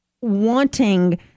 wanting